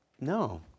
No